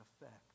effect